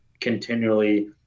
continually